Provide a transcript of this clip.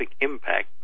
impact